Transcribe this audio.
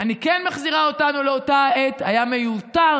אני כן מחזירה אותנו לאותה עת, היה מיותר